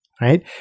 right